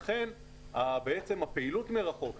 לכן בעצם הפעילות מרחוק,